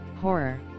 horror